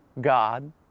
God